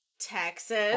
Texas